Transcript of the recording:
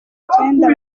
icyenda